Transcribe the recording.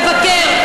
ולבקר.